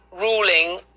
ruling